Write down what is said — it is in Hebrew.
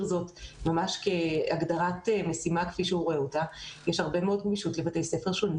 זאת ממש כהגדרת משימה כפי שהוא רואה אותה - לגמישות לבתי הספר השונים